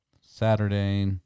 Saturday